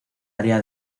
área